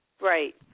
right